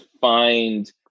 find